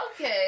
Okay